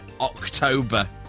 October